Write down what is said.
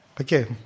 Okay